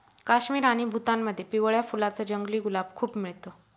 काश्मीर आणि भूतानमध्ये पिवळ्या फुलांच जंगली गुलाब खूप मिळत